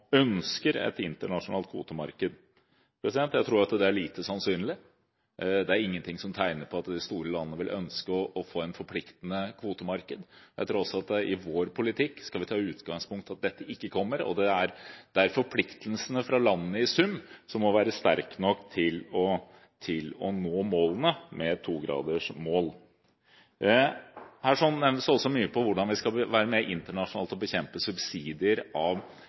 ønsker et internasjonalt kvotemarked. Jeg tror det er lite sannsynlig at vi får det. Det er ingenting som tyder på at de store landene vil ønske å få et forpliktende kvotemarked. Jeg tror at vi i vår politikk ikke skal ta utgangspunkt i at dette kommer. Det er derfor forpliktelsene av landene i sum som må være sterke nok til å nå togradersmålet. Her sies det også mye om hvordan vi skal være med internasjonalt på å bekjempe subsidier av